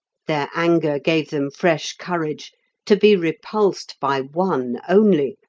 their anger gave them fresh courage to be repulsed by one only!